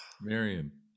Marion